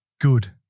good